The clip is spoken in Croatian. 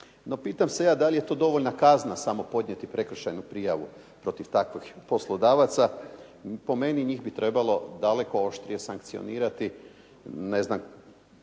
No pitam se ja da li je to dovoljna kazna samo podnijeti prekršajnu prijavu protiv takvih poslodavaca. Po meni, njih bi trebalo daleko oštrije sankcionirati. Ne znam